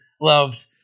loved